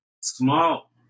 small